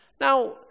Now